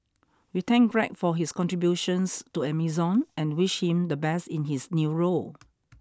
we thank Greg for his contributions to Amazon and wish him the best in his new role